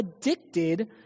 addicted